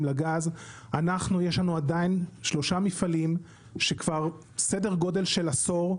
לגז אנחנו יש לנו עדיין שלושה מפעלים שסדר גודל של עשור,